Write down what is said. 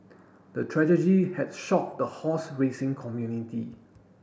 the tragedy had shocked the horse racing community